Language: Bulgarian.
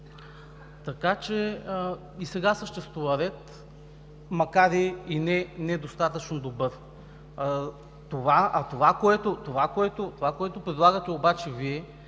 Така че и сега съществува ред, макар и недостатъчно добър. Това, което предлагате Вие,